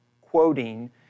quoting